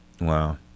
Wow